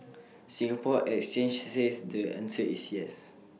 Singapore exchange says the answer is yes